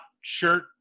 shirt